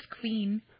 Queen